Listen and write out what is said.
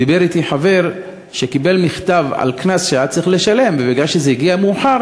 דיבר אתי חבר שקיבל מכתב על קנס שהיה צריך לשלם ומכיוון שזה הגיע מאוחר